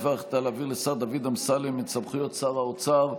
בדבר ההחלטה להעביר לשר דוד אמסלם את סמכויות שר האוצר,